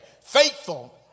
faithful